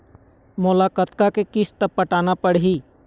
मोला कतका के किस्त पटाना पड़ही?